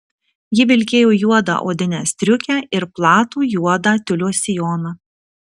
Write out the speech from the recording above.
ji vilkėjo juodą odinę striukę ir platų juodą tiulio sijoną